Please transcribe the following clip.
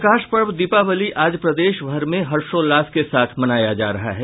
प्रकाशपर्व दीपावली आज प्रदेश भर में हर्षोल्लास के साथ मनाया जा रहा है